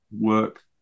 work